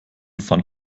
fand